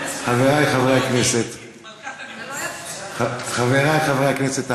גברתי היושבת-ראש, חברי חברי הכנסת הערבים,